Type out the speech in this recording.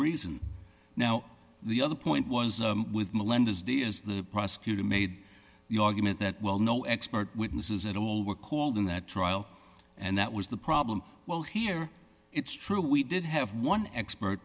reason now the other point was with melendez d is the prosecutor made the argument that well no expert witnesses at all were called in that trial and that was the problem well here it's true we did have one expert